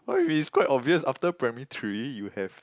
why we quite obvious after primary three you have